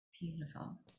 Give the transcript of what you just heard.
Beautiful